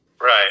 Right